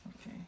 Okay